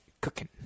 Cooking